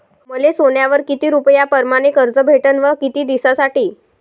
मले सोन्यावर किती रुपया परमाने कर्ज भेटन व किती दिसासाठी?